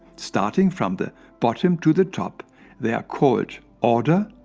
starting from the bottom to the top they are called order,